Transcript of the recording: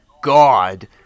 God